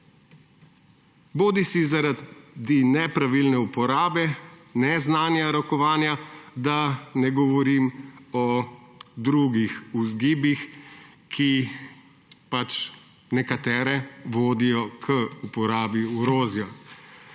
bodisi zaradi nepravilne uporabe, neznanja rokovanja, da ne govorim o drugih vzgibih, ki nekatere vodijo k uporabi orožja.